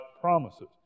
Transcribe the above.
promises